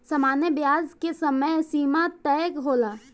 सामान्य ब्याज के समय सीमा तय होला